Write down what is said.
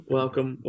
welcome